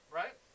right